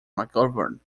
mcgovern